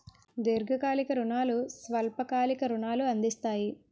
దీర్ఘకాలిక రుణాలు స్వల్ప కాలిక రుణాలు అందిస్తాయి